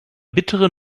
bittere